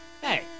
Hey